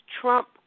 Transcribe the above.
Trump